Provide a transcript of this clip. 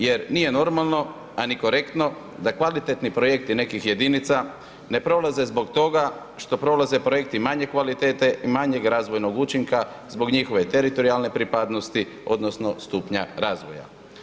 Jer nije normalno a ni korektno da kvalitetni projekti nekih jedinica ne prolaze zbog toga što prolaze projekti manje kvalitete i manjeg razvojnog učinka zbog njihove teritorijalne pripadnosti odnosno stupnja razvoja.